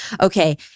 Okay